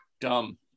Dumb